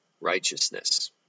righteousness